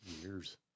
years